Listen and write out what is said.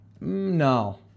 No